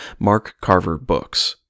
markcarverbooks